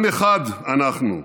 עם אחד אנחנו.